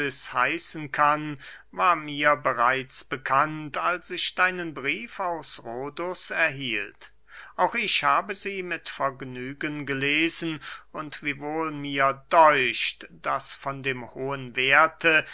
heißen kann war mir bereits bekannt als ich deinen brief aus rhodus erhielt auch ich habe sie mit vergnügen gelesen und wiewohl mir däucht daß von dem hohen werthe